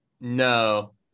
No